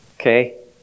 Okay